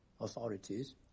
authorities